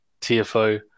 TFO